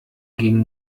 gegen